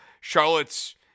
Charlotte's